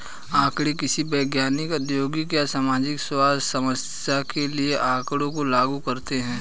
आंकड़े किसी वैज्ञानिक, औद्योगिक या सामाजिक समस्या के लिए आँकड़ों को लागू करते है